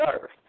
earth